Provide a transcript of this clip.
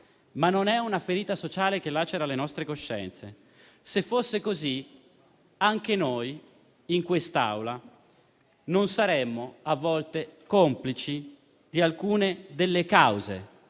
ma non è una ferita sociale che lacera le nostre coscienze; se fosse così anche noi, in quest'Aula, a volte non saremmo complici di alcune delle cause